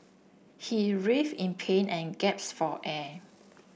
he writhed in pain and gasped for air